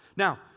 Now